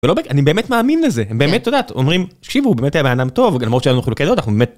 אני באמת מאמין לזה באמת אומרים תקשיבו, הוא באמת היה בן אדם טוב למרות שהיה לנו חילוקי דעות, אנחנו באמת